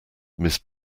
miss